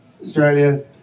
Australia